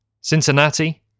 Cincinnati